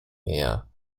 meer